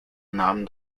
nahm